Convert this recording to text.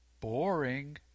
Boring